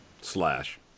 slash